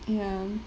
ya